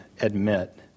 admit